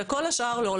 וכל השאר לא.